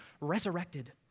resurrected